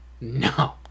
No